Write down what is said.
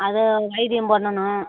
அதை வைத்தியம் பண்ணணும்